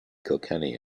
kilkenny